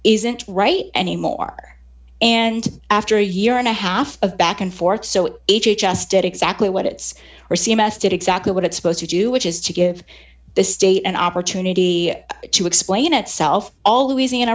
isn't right anymore and after a year and a half of back and forth so h h s did exactly what its c m s did exactly what it's supposed to do which is to give the state an opportunity to explain itself all louisiana